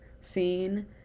scene